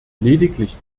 lediglich